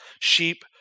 sheep